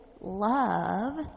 love